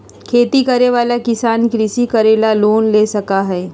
खेती करे वाला किसान कृषि करे ला लोन ले सका हई